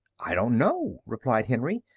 i don't know, replied henry.